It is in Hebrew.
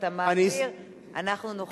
יכולה